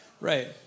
Right